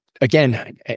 again